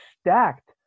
stacked